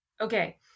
Okay